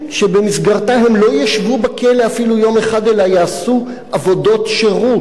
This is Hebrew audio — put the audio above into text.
שבמסגרתה הם לא ישבו בכלא אפילו יום אחד אלא יעשו עבודות שירות.